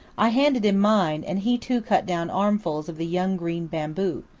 i handed him mine, and he too cut down armfuls of the young green bamboo,